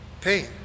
Pain